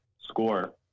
score